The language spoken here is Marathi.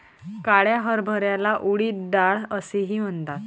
काळ्या हरभऱ्याला उडीद डाळ असेही म्हणतात